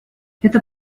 это